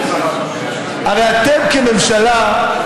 הרי אתם כממשלה,